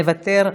מוותר.